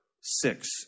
six